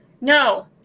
No